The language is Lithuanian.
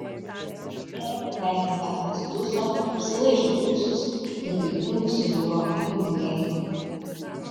elė patenkinta atsiduso apsilaižė ūsus ir viltingai sužiuro į dubenėlį